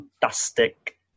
Fantastic